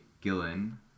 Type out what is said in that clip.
Gillen